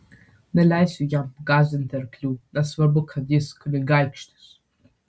neleisiu jam gąsdinti arklių nesvarbu kad jis kunigaikštis